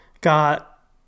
got